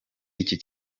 iki